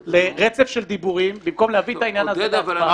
פעם לרצף של דיבורים במקום להביא את העניין הזה להצבעה.